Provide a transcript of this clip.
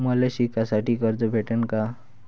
मले शिकासाठी कर्ज भेटन का?